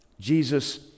Jesus